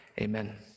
Amen